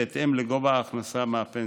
בהתאם לגובה ההכנסה מהפנסיה.